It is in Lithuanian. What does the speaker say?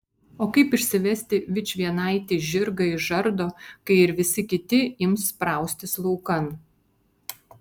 o kaip išsivesti vičvienaitį žirgą iš žardo kai ir visi kiti ims spraustis laukan